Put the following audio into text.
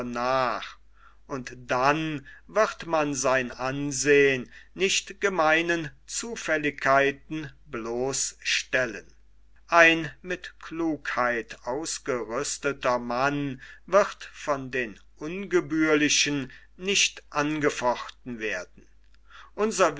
nach und dann wird man sein ansehn nicht gemeinen zufälligkeiten bloßstellen ein mit klugheit ausgerüsteter mann wird von den ungebührlichen nicht angefochten werden unser